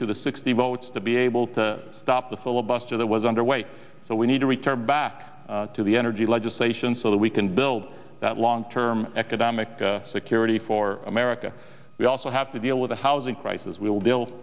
to the sixty votes to be able to stop the filibuster that was underway so we need to return back to the energy legislation so that we can build that long term economic security for america we also have to deal with the housing crisis we will deal